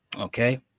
Okay